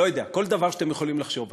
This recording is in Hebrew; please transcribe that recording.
לא יודע, כל דבר שאתם יכולים לחשוב עליו.